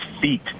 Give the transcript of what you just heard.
feet